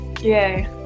yay